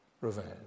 revenge